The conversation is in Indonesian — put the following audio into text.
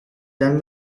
dan